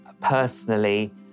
personally